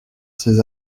ses